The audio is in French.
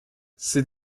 ces